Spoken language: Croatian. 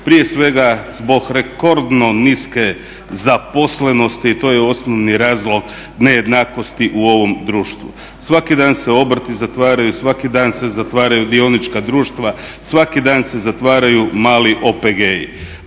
prije svega zbog rekordno niske zaposlenosti. To je osnovni razlog nejednakosti u ovom društvu. Svaki dan se obrti zatvaraju, svaki dan se zatvaraju dionička društva, svaki dan se zatvaraju mali OPG-i.